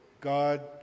God